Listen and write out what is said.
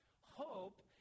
Hope